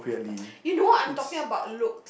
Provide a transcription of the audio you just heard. you know I'm talking about looks